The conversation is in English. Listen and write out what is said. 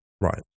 right